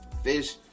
fish